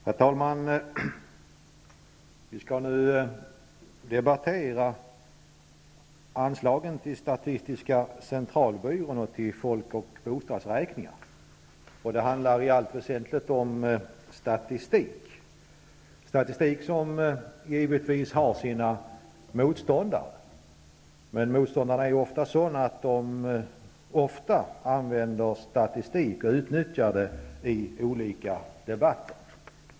Herr talman! Vi skall nu debattera anslagen till statistiska centralbyrån och till folk och bostadsräkningar. Det här handlar i allt väsentligt om statistik -- som givetvis har sina motståndare. Motståndarna är ofta sådana att de många gånger utnyttjar statistik i olika debatter.